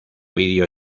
vídeo